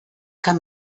kann